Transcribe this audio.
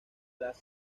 las